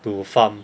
to farm